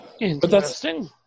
Interesting